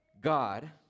God